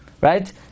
right